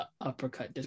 Uppercut